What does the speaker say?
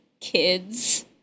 kids